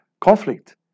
conflict